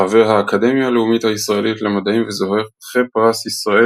חבר האקדמיה הלאומית הישראלית למדעים וזוכה פרס ישראל